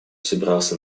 собирался